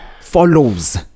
follows